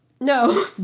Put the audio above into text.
No